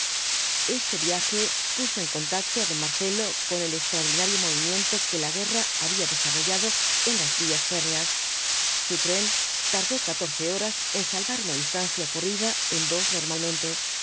este viaje puso en contacto á don marcelo con el extraordinario movimiento que la guerra había desarrollado en las vías férreas su tren tardó catorce horas en salvar una distancia corrida en dos normalmente